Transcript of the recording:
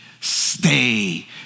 stay